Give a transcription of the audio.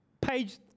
page